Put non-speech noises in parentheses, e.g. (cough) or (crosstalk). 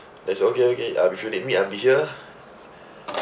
they'll say okay okay uh if you need me I'll be here (breath)